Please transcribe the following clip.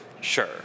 Sure